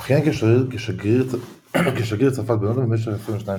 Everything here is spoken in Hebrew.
הוא כיהן כשגריר צרפת בלונדון במשך 22 שנה.